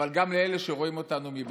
אבל גם לאלה שרואים אותנו מבחוץ.